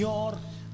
Lord